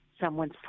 someone's